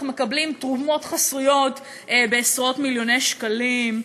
אך מקבלים תרומות חסויות בעשרות-מיליוני שקלים.